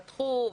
פתחו.